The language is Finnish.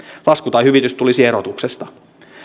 lasku tai hyvitys tulisi erotuksesta